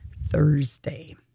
Thursday